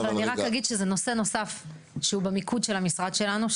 אבל אני רק אגיד שזה נושא נוסף שהוא במיקוד של המשרד שלנו,